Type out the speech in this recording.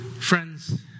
Friends